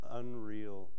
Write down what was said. unreal